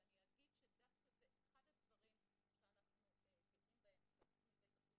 ודווקא זה אחד הדברים שאנחנו גאים בהם בתוכנית ההתערבות